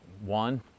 one